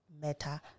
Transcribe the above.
matter